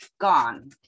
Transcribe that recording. gone